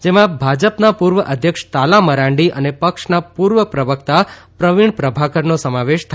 જેમાં ભાજપના પૂર્વ ધ્યક્ષ તાલા મરાંડી ને પક્ષના પૂર્વ પ્રવકતા પ્રવીણ પ્રભાકરનો સમાવેશ થાય છે